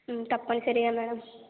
తప్పనిసరిగా మేడం